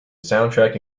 soundtrack